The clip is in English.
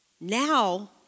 Now